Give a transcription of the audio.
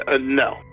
no